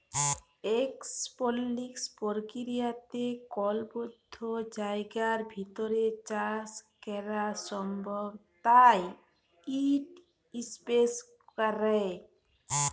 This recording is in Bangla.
এরওপলিক্স পর্কিরিয়াতে কল বদ্ধ জায়গার ভিতর চাষ ক্যরা সম্ভব তাই ইট ইসপেসে ক্যরে